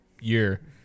year